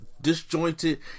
disjointed